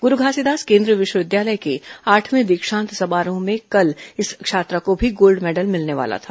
गुरु घासीदास केंद्रीय विश्वविद्यालय के आठवें दीक्षांत समारोह में कल इस छात्रा को भी गोल्ड मैडल मिलने वालो था